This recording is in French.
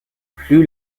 plus